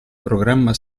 programma